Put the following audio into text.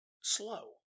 slow